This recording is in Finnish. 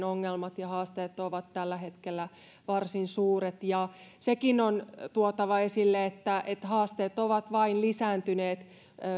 ongelmat ja haasteet ovat tällä hetkellä varsin suuret ja sekin on tuotava esille että että haasteet ovat vain lisääntyneet